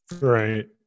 Right